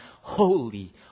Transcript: Holy